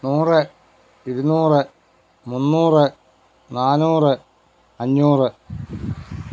നൂറ് ഇരുനൂറ് മുന്നൂറ് നാന്നൂറ് അഞ്ഞൂറ്